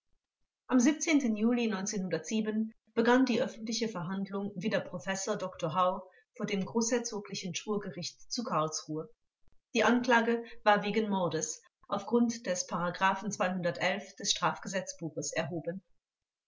am juli begann die öffentliche verhandlung wider professor dr hau vor dem großherzoglichen schwurgericht zu karlsruhe die anklage war wegen mordes auf grund des des straf gesetzbuches erhoben